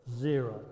zero